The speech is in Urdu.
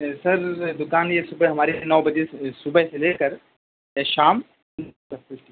سر دکان یہ صبح ہماری نو بجے صبح سے لے کر شام